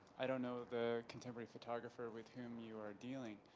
i don't know the contemporary photographer with whom you are dealing.